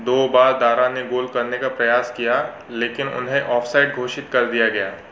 दो बार दारा ने गोल करने का प्रयास किया लेकिन उन्हें ऑफसाइड घोषित कर दिया गया